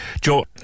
Joe